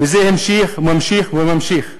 וזה המשיך, וממשיך וממשיך.